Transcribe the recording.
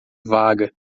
vaga